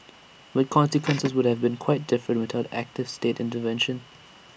but consequences would have been quite different without active state intervention